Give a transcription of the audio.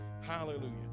Hallelujah